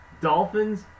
dolphins